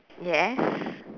yes